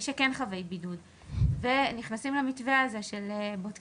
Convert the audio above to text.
מי שכן חב בבידוד ונכנסים למתווה הזה של בודקים-לומדים,